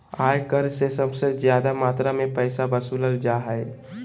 आय कर से सबसे ज्यादा मात्रा में पैसा वसूलल जा हइ